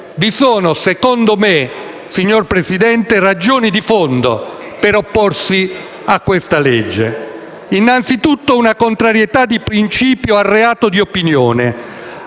vi sono a mio avviso, signor Presidente, ragioni di fondo per opporsi a questo disegno di legge. Innanzi tutto una contrarietà di principio al reato di opinione,